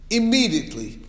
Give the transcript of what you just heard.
immediately